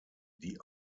die